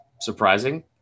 surprising